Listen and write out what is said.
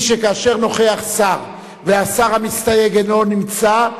היא שכאשר נוכח שר והשר המסתייג אינו נמצא,